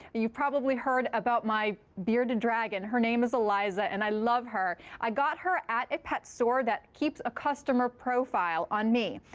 you've probably heard about my bearded dragon. her name is eliza and i love her. i got her at a pet store that keeps a customer profile on me.